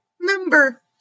member